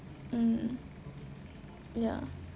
mm ya